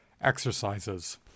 exercises